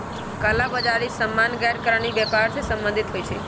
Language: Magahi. कला बजारि सामान्य गैरकानूनी व्यापर से सम्बंधित होइ छइ